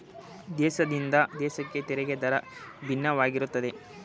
ದೇಶದಿಂದ ದೇಶಕ್ಕೆ ತೆರಿಗೆ ದರ ಭಿನ್ನವಾಗಿರುತ್ತದೆ